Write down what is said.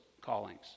callings